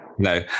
No